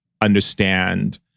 understand